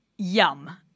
Yum